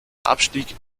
abstieg